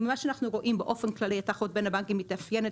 כי ממה שאנחנו רואים באופן כללי התחרות בין הבנקים מתאפיינת